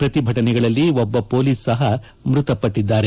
ಪ್ರತಿಭಟನೆಗಳಲ್ಲಿ ಒಬ್ಬ ಹೊಲೀಸ್ ಸಹ ಮೃತಪಟ್ಟದ್ದಾರೆ